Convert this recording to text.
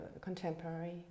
contemporary